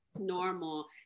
normal